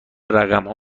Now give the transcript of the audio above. رقمها